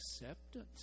acceptance